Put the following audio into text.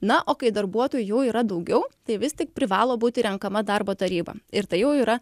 na o kai darbuotojų jau yra daugiau tai vis tik privalo būti renkama darbo taryba ir tai jau yra